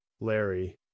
Larry